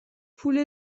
پول